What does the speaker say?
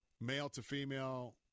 male-to-female